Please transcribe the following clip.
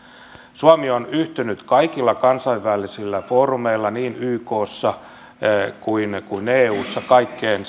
suomi on yhtynyt kaikilla kansainvälisillä foorumeilla niin ykssa kuin eussa kaikkeen